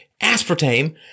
aspartame